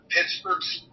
Pittsburgh's